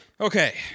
Okay